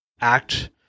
act